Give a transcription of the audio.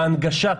ההנגשה.